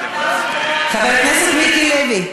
חבר הכנסת מיקי לוי.